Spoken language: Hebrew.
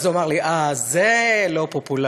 אז הוא אמר: אה, זה לא פופולרי.